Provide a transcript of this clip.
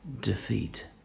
defeat